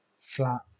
flat